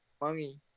money